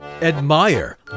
Admire